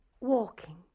walking